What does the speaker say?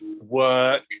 work